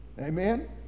Amen